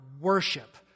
Worship